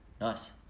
Nice